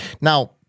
Now